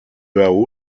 hao